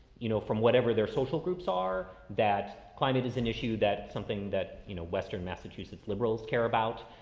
you know, from whatever their social groups are, that climate is an issue, that something that, you know, western massachusetts liberals care about.